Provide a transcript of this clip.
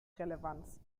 relevanz